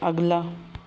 ਅਗਲਾ